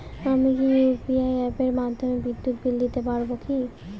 আমি কি ইউ.পি.আই অ্যাপের মাধ্যমে বিদ্যুৎ বিল দিতে পারবো কি?